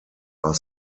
are